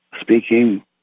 speaking